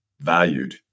valued